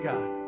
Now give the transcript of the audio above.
God